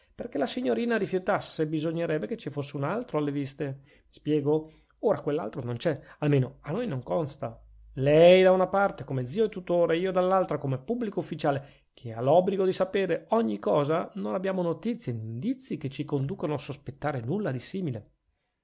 perchè la signorina rifiutasse bisognerebbe che ci fosse un altro alle viste mi spiego ora quest'altro non c'è almeno a noi non consta lei da una parte come zio e tutore io dall'altra come pubblico ufficiale che ha l'obbligo di sapere ogni cosa non abbiamo notizie nè indizii che ci conducano a sospettare nulla di simile